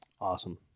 Awesome